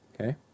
Okay